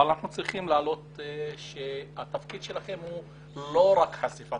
אבל אנחנו צריכים לומר שהתפקיד שלכם הוא לא רק חשיפת